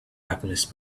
alchemists